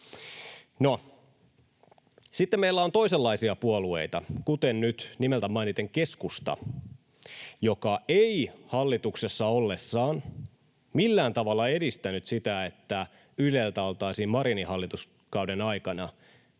sitten meillä on toisenlaisia puolueita, kuten nyt nimeltä mainiten keskusta, joka ei hallituksessa ollessaan millään tavalla edistänyt sitä, että Yleä oltaisiin Marinin hallituskauden aikana